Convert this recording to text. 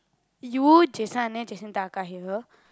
you Jason ah neh Jason here